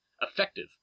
effective